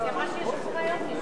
לוועדת הכלכלה נתקבלה.